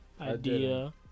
idea